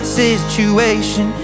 situation